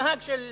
של מישהו,